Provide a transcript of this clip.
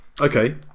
okay